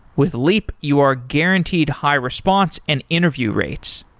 with leap, you are guaranteed high response and interview rates.